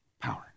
power